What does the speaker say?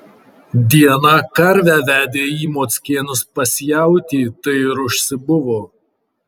dieną karvę vedė į mockėnus pas jautį tai ir užsibuvo